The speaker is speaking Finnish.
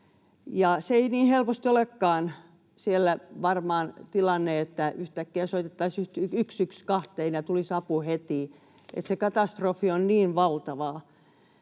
ja ei niin helposti olekaan siellä varmaan tilanne, että yhtäkkiä soitettaisiin 112:een ja tulisi apu heti. Se katastrofi on niin valtavaa.